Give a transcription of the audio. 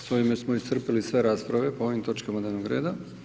S ovime smo iscrpili sve rasprave po ovim točkama dnevnog reda.